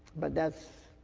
but that's,